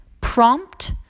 Prompt